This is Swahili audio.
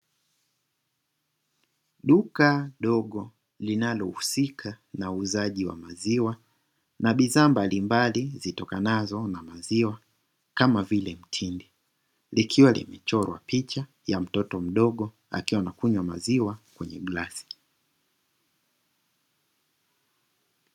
Duka dogo linalo husika na uuzaji wa maziwa na bidhaa mbalimbali zitokanazo na maziwa kama vile mtindi, likiwa limechora picha ya mtoto mdogo anakunywa maziwa kwenye glasi.